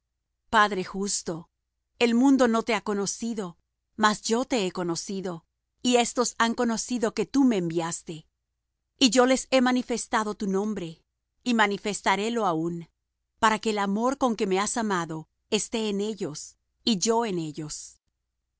padre justo el mundo no te ha conocido mas yo te he conocido y éstos han conocido que tú me enviaste y yo les he manifestado tu nombre y manifestaré lo aún para que el amor con que me has amado esté en ellos y yo en ellos